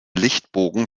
lichtbogen